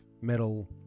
metal